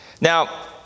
Now